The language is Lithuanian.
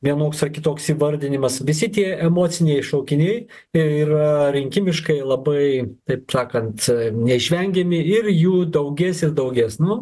vienoks ar kitoks įvardinimas visi tie emociniai šaukiniai ir rinkimiškai labai taip sakant neišvengiami ir jų daugės ir daugės nu